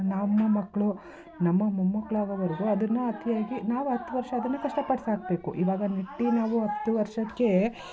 ನಮ್ಮ ಮಕ್ಕಳು ನಮ್ಮ ಮೊಮ್ಮಕ್ಕಳು ಆಗೋವರೆಗು ಅದನ್ನು ಅತಿಯಾಗಿ ನಾವು ಹತ್ತು ವರ್ಷ ಅದನ್ನು ಕಷ್ಟ ಪಟ್ಟು ಸಾಕಬೇಕು ಇವಾಗ ನೆಟ್ಟಿ ನಾವು ಹತ್ತು ವರ್ಷಕ್ಕೆ